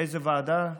איזו ועדה?